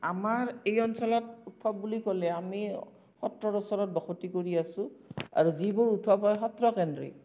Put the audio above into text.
আমাৰ এই অঞ্চলত উৎসৱ বুলি ক'লে আমি সত্ৰৰ ওচৰত বসতি কৰি আছো আৰু যিবোৰ উৎসৱ হয় সত্ৰ কেন্দ্ৰিক